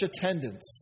attendance